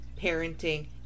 parenting